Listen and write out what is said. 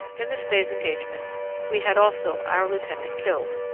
in this day's engagement we had also our lieutenant killed.